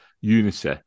Unity